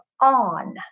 on